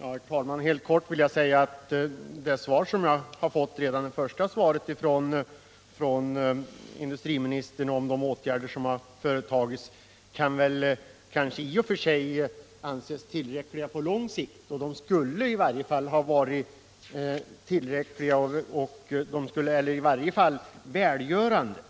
Herr talman! Helt kort vill jag säga att redan de i det första svaret från industriministern nämnda åtgärderna kanske kan anses tillräckliga på lång sikt. De skulle i varje fall ha varit tillräckliga eller åtminstone välgörande